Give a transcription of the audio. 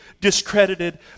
discredited